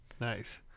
Nice